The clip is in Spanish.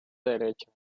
derecha